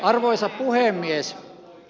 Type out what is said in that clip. arvoisa puhemies